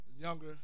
younger